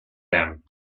them